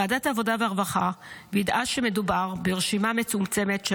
ועדת העבודה והרווחה וידאה שמדובר ברשימה מצומצמת של